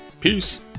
Peace